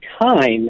time